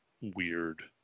weird